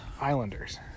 Islanders